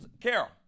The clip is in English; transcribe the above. Carol